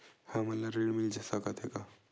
हमन ला ऋण मिल सकत हे का?